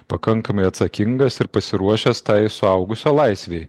pakankamai atsakingas ir pasiruošęs tai suaugusio laisvei